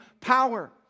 power